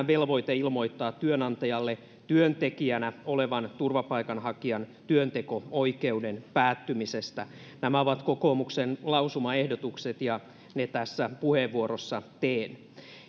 velvoite ilmoittaa työnantajalle työntekijänä olevan turvapaikanhakijan työnteko oikeuden päättymisestä nämä ovat kokoomuksen lausumaehdotukset ja ne tässä puheenvuorossa teen